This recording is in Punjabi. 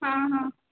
ਹਾਂ ਹਾਂ